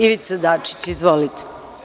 Ivica Dačić, izvolite.